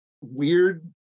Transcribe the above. weird